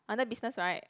under business right